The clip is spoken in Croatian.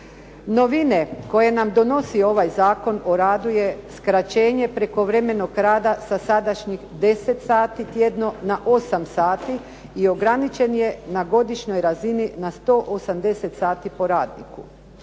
Novine koje nam donosi ovaj Zakon o radu je skraćenje prekovremenog rada sa sadašnjih 10 sati tjedno na 8 sati i ograničen je na godišnjoj razini na 180 sati po radniku.